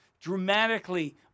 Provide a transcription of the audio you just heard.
dramatically